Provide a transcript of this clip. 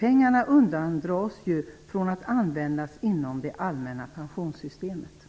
Pengarna undandras från att användas inom det allmänna pensionssystemet.